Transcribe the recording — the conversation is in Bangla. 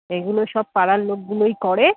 এগুলো সব পাড়ার লোকগুলোই করে